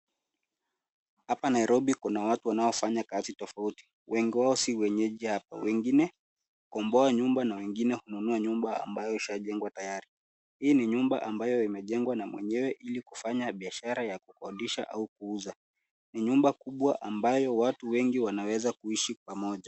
Hapa Nairobi kuna watu wanaofanya kazi tofauti. Wengi wao si wenyeji hapo, wengine hukomboa nyumba na wengine hununua nyumba ambayo ishajengwa tayari. Hii ni nyumba ambayo imejengwa na mwenyewe ili kufanya biashara ya kukodisha au kuuza. Ni nyumba kubwa ambayo watu wengi wanaweza kuishi pamoja.